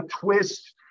twist